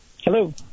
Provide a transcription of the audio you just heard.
Hello